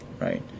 right